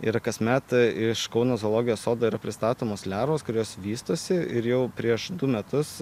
ir kasmet iš kauno zoologijos sodo yra pristatomos lervos kurios vystosi ir jau prieš du metus